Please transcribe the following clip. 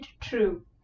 true